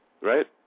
right